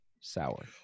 sour